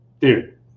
dude